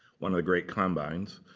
one of the great combines,